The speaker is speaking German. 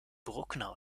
bruckner